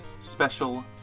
special